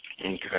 Okay